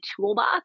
toolbox